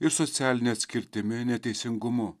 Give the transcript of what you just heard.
ir socialine atskirtimi neteisingumu